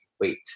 wait